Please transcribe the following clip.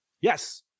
Yes